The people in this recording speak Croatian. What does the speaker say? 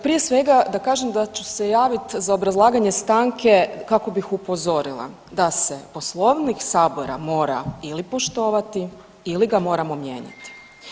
Prije svega da ću se javiti za obrazlaganje stanke kako bih upozorila da se Poslovnik Sabora mora ili poštovati ili ga moramo mijenjati.